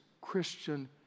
Christian